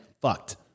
fucked